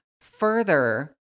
further